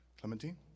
Clementine